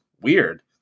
weird